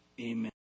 Amen